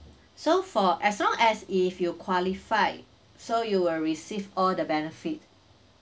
so for as long as if you qualified so you will receive all the benefit